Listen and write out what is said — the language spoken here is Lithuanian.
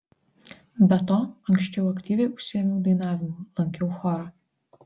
be to anksčiau aktyviai užsiėmiau dainavimu lankiau chorą